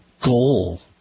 goal